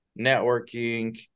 networking